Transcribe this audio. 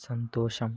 సంతోషం